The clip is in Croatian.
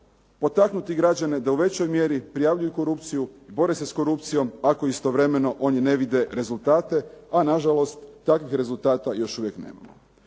potaknuti građane da u većoj mjeri prijavljuju korupciju, bore se s korupcijom ako istovremeno oni ne vide rezultate, a na žalost takvih rezultata još uvijek nemamo.